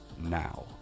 now